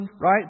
right